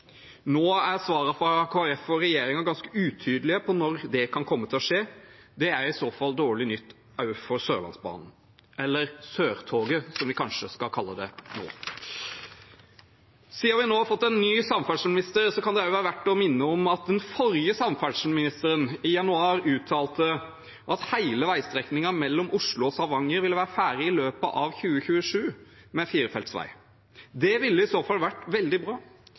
Nå er svarene fra Kristelig Folkeparti og regjeringen ganske utydelige på når det kan komme til å skje. Det er i så fall dårlig nytt også for Sørlandsbanen – eller Sørtoget, som vi kanskje skal kalle det nå. Siden vi nå har fått en ny samferdselsminister, kan det også være verdt å minne om at den forrige samferdselsministeren i januar uttalte at hele veistrekningen mellom Oslo og Stavanger ville være ferdig i løpet av 2027, med firefelts vei. Det ville i så fall ha vært veldig bra.